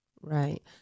Right